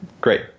great